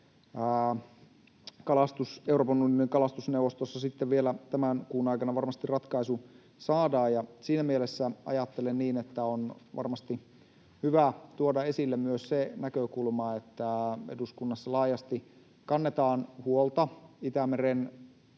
Euroopan unionin kalastusneuvostossa vielä tämän kuun aikana varmasti ratkaisu saadaan. Siinä mielessä ajattelen niin, että on varmasti hyvä tuoda esille myös se näkökulma, että eduskunnassa laajasti kannetaan huolta Itämeren